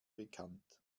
bekannt